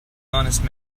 honest